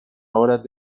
obras